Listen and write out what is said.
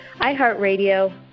iHeartRadio